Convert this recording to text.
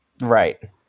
Right